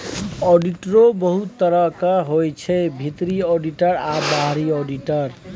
आडिटरो बहुत तरहक होइ छै भीतरी आडिटर आ बाहरी आडिटर